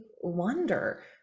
wonder